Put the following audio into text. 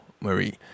marie